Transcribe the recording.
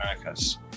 Americas